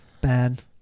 bad